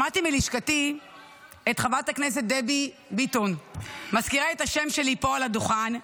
שמעתי מלשכתי את חברת הכנסת דבי ביטון מזכירה את השם שלי פה על הדוכן.